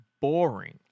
boring